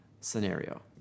scenario